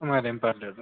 మరేం పర్లేదు